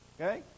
Okay